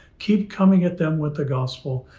keep coming at them with the gospel,